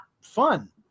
fun